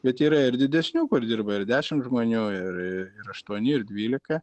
bet yra ir didesnių kur dirba ir dešimt žmonių ir ir aštuoni ir dvylika